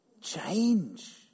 Change